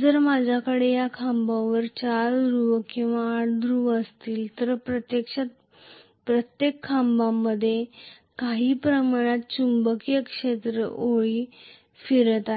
जर माझ्याकडे या खांबावर 4 ध्रुव किंवा 8 ध्रुव असले तर प्रत्यक्षात प्रत्येक खांबामध्ये काही प्रमाणात चुंबकीय क्षेत्र ओळी फिरत आहेत